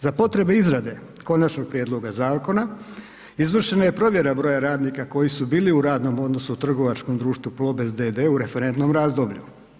Za potrebe izrade konačnog prijedloga zakona izvršena je provjera broja radnika koji su bili u radnom odnosu u trgovačkom društvu Plobest d.d. u referentnom razdoblju.